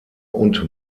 und